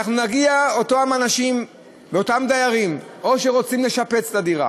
אנחנו נגיע לאותם דיירים, שרוצים לשפץ את הדירה